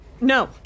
No